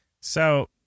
So-